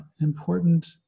important